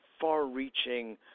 far-reaching